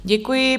Děkuji.